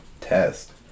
test